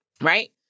right